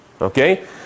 Okay